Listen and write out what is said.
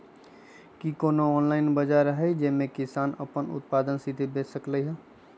कि कोनो ऑनलाइन बाजार हइ जे में किसान अपन उत्पादन सीधे बेच सकलई ह?